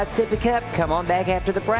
come on back after the